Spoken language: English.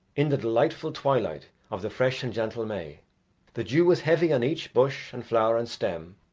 in the delightful twilight of the fresh and gentle may the dew was heavy on each bush and flower and stem,